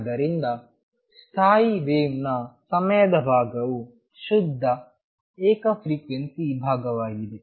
ಆದ್ದರಿಂದ ಸ್ಥಾಯಿ ವೇವ್ನ ಸಮಯದ ಭಾಗವು ಶುದ್ಧ ಏಕ ಫ್ರಿಕ್ವೆನ್ಸಿ ಭಾಗವಾಗಿದೆ